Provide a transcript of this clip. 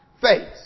face